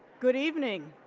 good evening